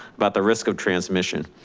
about the risk of transmission.